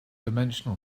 dimensional